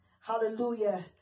hallelujah